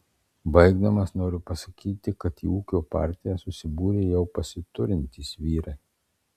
baigdamas noriu pasakyti kad į ūkio partiją susibūrė jau pasiturintys vyrai